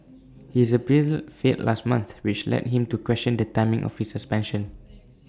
his appeal failed last month which led him to question the timing of his suspension